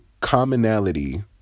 commonality